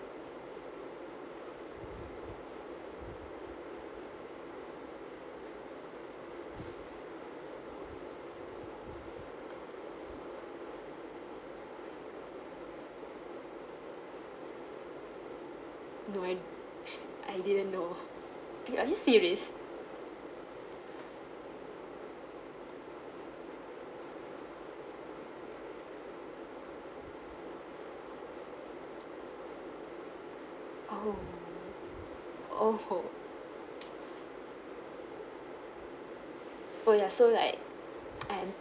no I this idea no eh are you serious oh oh but you're so like I